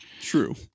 True